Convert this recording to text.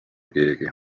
keegi